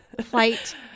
flight